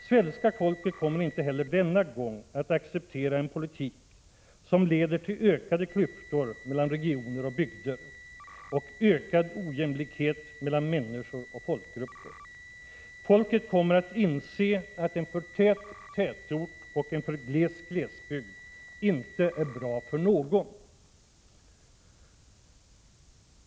Svenska folket kommer inte heller denna gång att acceptera en politik som leder till ökade klyftor mellan regioner och bygder och ökad ojämlikhet mellan människor och folkgrupper. Folket kommer att inse att en för tät tätort och en för gles glesbygd inte är bra för någon.